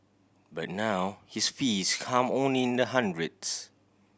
but now his fees come only in the hundreds